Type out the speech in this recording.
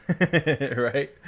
Right